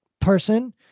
person